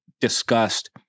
discussed